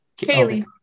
Kaylee